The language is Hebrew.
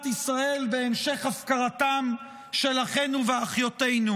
ישראל והמשך הפקרתם של אחינו ואחיותינו.